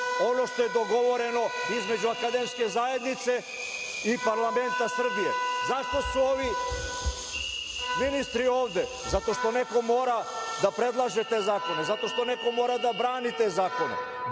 ono što je dogovoreno između akademske zajednice i parlamenta Srbije.Zašto su ovi ministri ovde? Zato što neko mora da predlaže te zakone, zato što neko mora da brani te zakone. Danas